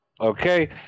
okay